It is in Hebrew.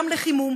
גם לחימום,